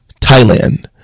thailand